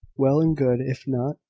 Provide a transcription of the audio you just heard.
well and good if not,